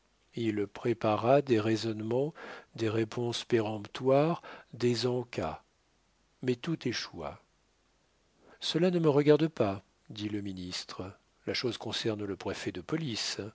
il prépara des raisonnements des réponses péremptoires des en cas mais tout échoua cela ne me regarde pas dit le ministre la chose concerne le préfet de police